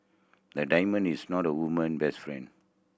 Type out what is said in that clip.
a diamond is not a woman best friend